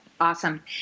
Awesome